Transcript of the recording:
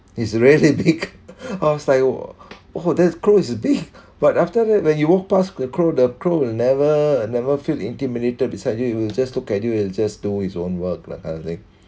it's really big I was like oh that crow is big but after that when you walk pass the crow the crow will never never feel intimidated beside you it will just look at you just do his own work that kind of thing